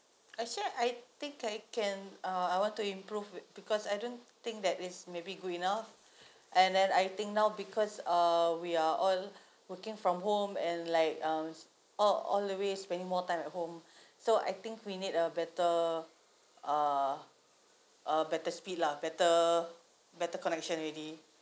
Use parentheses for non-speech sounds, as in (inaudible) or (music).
actually I think I can uh I want to improve it because I don't think that is maybe good enough (breath) and then I think now because err we are all (breath) working from home and like um all all the way spending more time at home (breath) so I think we need a better uh a better speed lah better better connection already